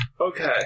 Okay